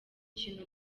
kintu